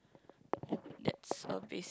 that's a basic